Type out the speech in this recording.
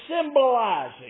symbolizing